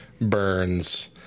burns